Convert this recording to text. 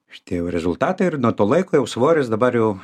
šitie jau rezultatai ir nuo to laiko jau svoris dabar jau